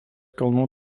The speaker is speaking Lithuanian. kalnų